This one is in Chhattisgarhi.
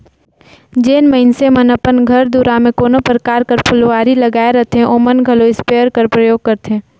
जेन मइनसे मन अपन घर दुरा में कोनो परकार कर फुलवारी लगाए रहथें ओमन घलो इस्पेयर कर परयोग करथे